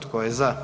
Tko je za?